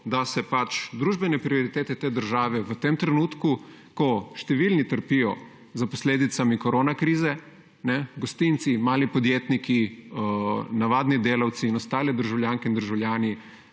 da se družbene prioritete te države v tem trenutku, ko številni trpijo za posledicami koronakrize, gostinci, mali podjetniki, navadni delavci in ostale državljanke in državljani,